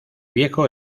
viejo